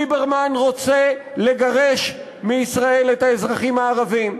ליברמן רוצה לגרש מישראל את האזרחים הערבים,